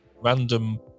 random